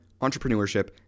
entrepreneurship